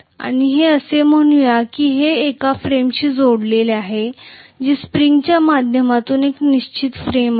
आणि असे म्हणूया की हे एका फ्रेमशी जोडलेले आहे जे स्प्रिंग च्या माध्यमातून एक निश्चित फ्रेम आहे